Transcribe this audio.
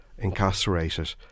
incarcerated